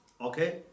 Okay